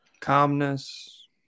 calmness